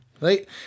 right